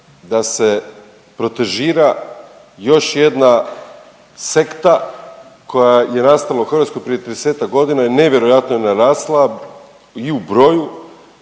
da se protežira još jedna sekta koja je nastala u Hrvatskoj prije 30-ak godina i nevjerojatno je narasla i u broju,